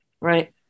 right